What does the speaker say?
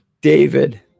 david